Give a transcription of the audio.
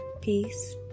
peace